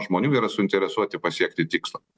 žmonių yra suinteresuoti pasiekti tikslą